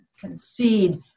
Concede